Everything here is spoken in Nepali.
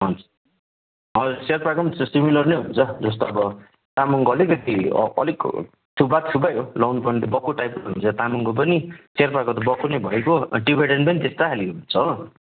हजुर हजुर सेर्पाको पनि छ सिमिलर नै हुन्छ जस्तो अब तामाङको अलिकति अ अलिक छुबा छुबै हो लाउनुपर्ने त बक्खु टाइपको हुन्छ तामाङको पनि सेर्पाको त बक्खु नै भइगयो अनि टिबिटेन पनि त्यस्तै खालके छ हो